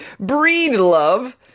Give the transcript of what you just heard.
Breedlove